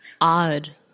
odd